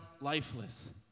lifeless